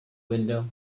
window